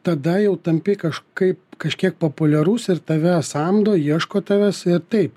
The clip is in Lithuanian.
tada jau tampi kažkaip kažkiek populiarus ir tave samdo ieško tavęs ir taip